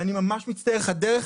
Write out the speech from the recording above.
אני ממש מצטער הדרך,